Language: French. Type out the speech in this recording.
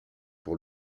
pour